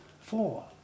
four